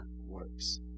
works